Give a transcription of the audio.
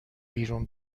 بیرون